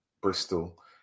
Bristol